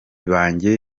banjye